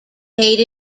made